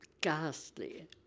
ghastly